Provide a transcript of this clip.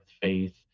faith